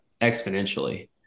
exponentially